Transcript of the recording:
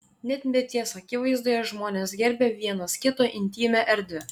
net mirties akivaizdoje žmonės gerbia vienas kito intymią erdvę